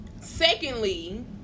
Secondly